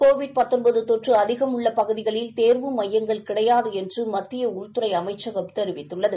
Covid தொற்று அதிகம் உள்ள பகுதிகளில் தேர்வு மையங்கள் கிடையாது என்று மத்திய உள்துறை அமைச்சகம் தெரிவித்துள்ளது